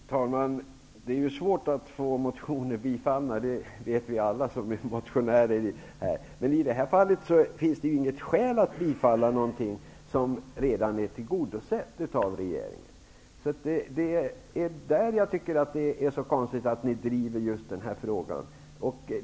Fru talman! Det är svårt att få motioner bifallna. Det vet ju alla som är motionärer här i riksdagen. Men i det här fallet finns det ju inget skäl att bifalla något som redan är tillgodosett av regeringen. Det är därför jag tycker att det är så konstigt att ni driver just denna fråga.